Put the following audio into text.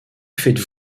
faites